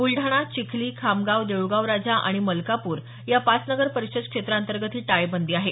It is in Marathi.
बुलडाणा चिखली खामगाव देऊळगावराजा आणि मलकापूर या पाच नगर परिषद क्षेत्रांतर्गत ही टाळेबंदी आहे